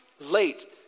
late